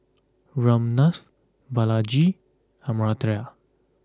Ramnath Balaji Amartya